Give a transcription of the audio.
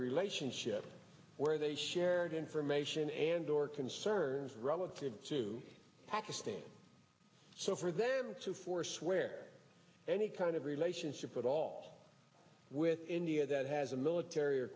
relationship where they shared information and or concerns relative to pakistan so for them to foreswear any kind of relationship at all with india that has a military